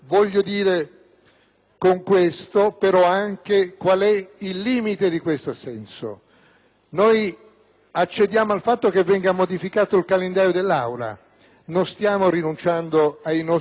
sottolineare anche qual è il limite di questo assenso. Noi accediamo al fatto che venga modificato il calendario dei lavori dell'Aula, ma non stiamo rinunciando ai nostri diritti;